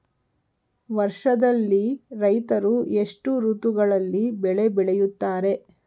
ವರ್ಷದಲ್ಲಿ ರೈತರು ಎಷ್ಟು ಋತುಗಳಲ್ಲಿ ಬೆಳೆ ಬೆಳೆಯುತ್ತಾರೆ?